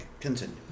continue